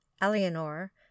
Eleanor